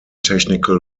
technical